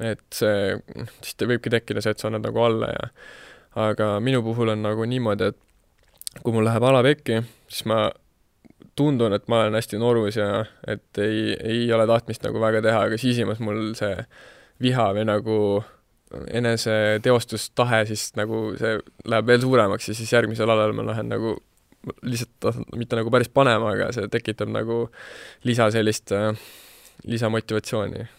Et see- sest ta võibki tekkida see, et sa annad nagu alla ja- aga minu puhul on nagu niimoodi, et kui mul läheb ala pekki, siis ma tundun, et ma olen hästi norus ja et ei- ei ole tahtmist nagu väga teha, aga sisimas mul see viha või nagu enese teostustahe siis nagu see läheb veel suuremaks ja siis järgmisel alal ma lähen nagu lihtsalt tahtnud mitte nagu päris panema, aga see tekitab nagu lisa sellist, äh, lisamotivatsiooni.